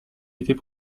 était